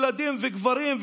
ילדים וגברים,